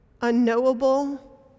unknowable